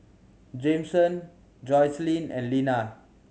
Jameson Joycelyn and Linna